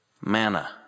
manna